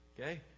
okay